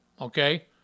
okay